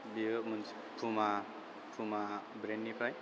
बियो मोनसे पुमा ब्रेन्दनिफ्राय